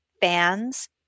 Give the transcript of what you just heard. fans